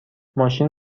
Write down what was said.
ماشین